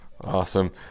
Awesome